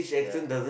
ya